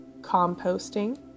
composting